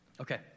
Okay